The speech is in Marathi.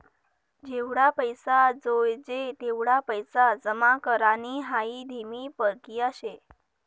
जेवढा पैसा जोयजे तेवढा पैसा जमा करानी हाई धीमी परकिया शे